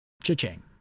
Cha-ching